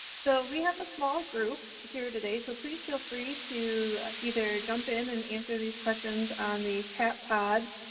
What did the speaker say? so we have a small group here today so please feel free to either jump in and answer these questions on the chat pods,